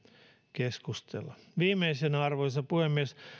keskustella viimeisenä arvoisa puhemies